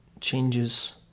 changes